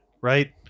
Right